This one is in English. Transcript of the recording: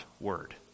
Word